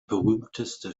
berühmteste